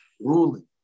ruling